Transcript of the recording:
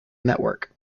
network